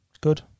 Good